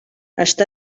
està